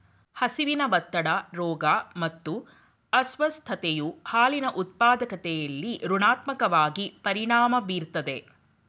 ಹಸಿವಿನ ಒತ್ತಡ ರೋಗ ಮತ್ತು ಅಸ್ವಸ್ಥತೆಯು ಹಾಲಿನ ಉತ್ಪಾದಕತೆಲಿ ಋಣಾತ್ಮಕವಾಗಿ ಪರಿಣಾಮ ಬೀರ್ತದೆ